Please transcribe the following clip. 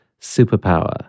superpower